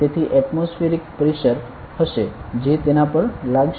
તેથી atmospheric pressure હશે જે તેના પર લાગશે